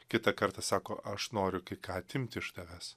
kitą kartą sako aš noriu kai ką atimti iš tavęs